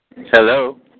Hello